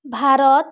Bharat